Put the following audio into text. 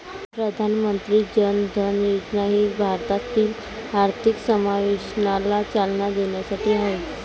प्रधानमंत्री जन धन योजना ही भारतातील आर्थिक समावेशनाला चालना देण्यासाठी आहे